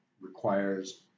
requires